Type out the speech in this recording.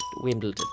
Wimbledon